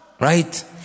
Right